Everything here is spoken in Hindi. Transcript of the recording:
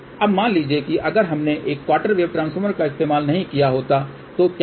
अब मान लीजिए कि अगर हमने इन क्वार्टर वेव ट्रांसफार्मर का इस्तेमाल नहीं किया होता तो क्या होता